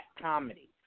comedy